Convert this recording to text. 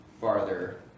farther